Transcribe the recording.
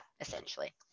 essentially